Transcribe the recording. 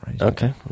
Okay